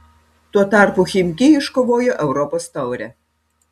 tuo tarpu chimki iškovojo europos taurę